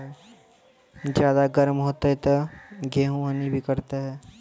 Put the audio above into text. ज्यादा गर्म होते ता गेहूँ हनी भी करता है?